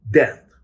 death